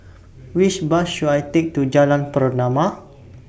Which Bus should I Take to Jalan Pernama